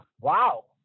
Wow